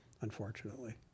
unfortunately